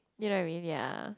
you know what I mean yea